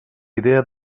idea